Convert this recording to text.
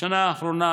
בשנה האחרונה,